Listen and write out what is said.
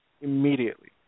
Immediately